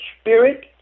spirit